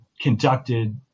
conducted